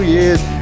Year's